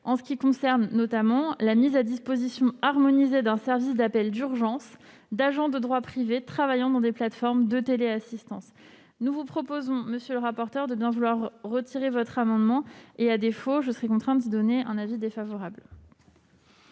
en ce qui concerne notamment la mise à disposition harmonisée d'un service d'appels d'urgence au bénéfice d'agents de droit privé travaillant dans des plateformes de téléassistance. Aussi, nous vous proposons, monsieur le rapporteur, de bien vouloir retirer votre sous-amendement, faute de quoi je serai contrainte d'y donner un avis défavorable.